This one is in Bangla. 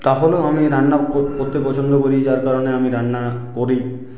তাহলেও আমি রান্না করতে পছন্দ করি যার কারণে আমি রান্না করি